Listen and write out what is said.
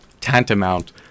tantamount